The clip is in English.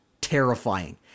terrifying